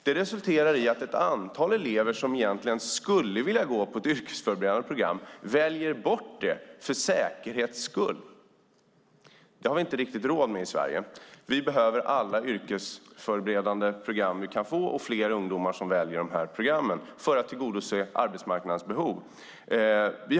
Det resulterar i att ett antal elever som egentligen skulle vilja gå på ett yrkesförberedande program väljer bort det för säkerhets skull. Det har vi inte riktigt råd med i Sverige. Vi behöver alla yrkesförberedande program vi kan få och fler ungdomar som väljer dessa program för att tillgodose arbetsmarknadens behov.